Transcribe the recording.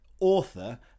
author